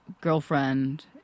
girlfriend